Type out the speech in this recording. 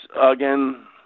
again